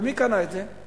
ומי קנה את זה?